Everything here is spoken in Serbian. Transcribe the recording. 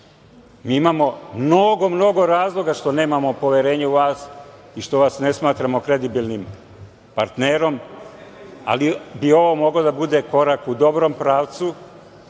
Mi imamo mnogo, mnogo razloga što nemamo poverenja u vas i što vas ne smatramo kredibilnim partnerom, ali bi ovo mogao da bude korak u dobrom pravcu